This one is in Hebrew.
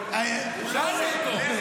תסגרו ביניכם.